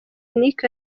niki